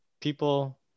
people